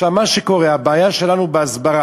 עכשיו, מה שקורה, הבעיה שלנו היא בהסברה,